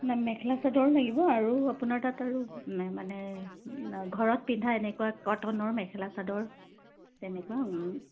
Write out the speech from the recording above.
ন মেখেলা চাদৰো লাগিব আৰু আপোনাৰ তাত আৰু মানে ঘৰত পিন্ধা এনেকুৱা কটনৰ মেখেলা চাদৰ তেনেকুৱা